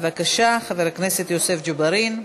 בבקשה, חבר הכנסת יוסף ג'בארין,